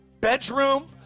bedroom